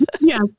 Yes